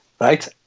right